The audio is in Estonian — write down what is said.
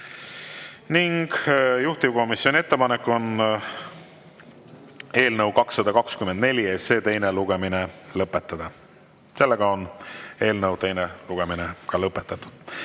ning juhtivkomisjoni ettepanek on eelnõu 224 teine lugemine lõpetada. Eelnõu teine lugemine on lõpetatud.